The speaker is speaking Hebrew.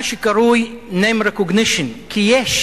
מה שקרוי name recognition, כי יש